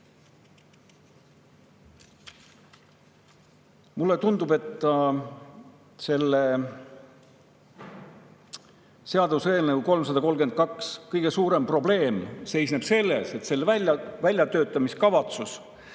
Mulle tundub, et seaduseelnõu 332 kõige suurem probleem seisneb selles, et selle väljatöötamiskavatsus